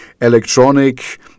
electronic